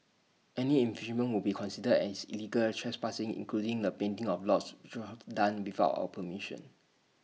any infringement will be considered as illegal trespassing including the painting of lots done without our permission